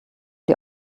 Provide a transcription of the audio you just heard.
die